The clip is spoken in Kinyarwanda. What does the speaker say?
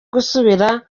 gusubira